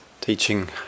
Teaching